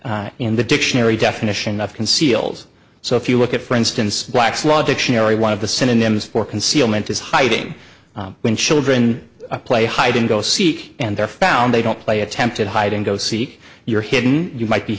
in the dictionary definition of conceals so if you look at for instance black's law dictionary one of the synonyms for concealment is hiding when children play hide and go seek and they're found they don't play attempted hide and go seek your hidden you might be